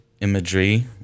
imagery